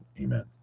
Amen